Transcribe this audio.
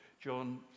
John